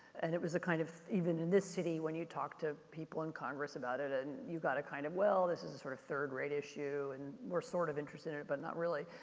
and it was a kind of, even in this city when you talked to people in congress about it, and you got a kind of well, this is a sort of third-rate issue. and we're sort of interested in it but not really.